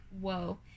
Whoa